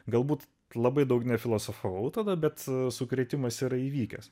galbūt labai daug ne filosofavau tada bet sukrėtimas yra įvykęs